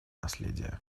наследие